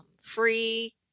free